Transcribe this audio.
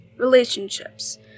relationships